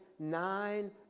nine